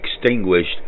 extinguished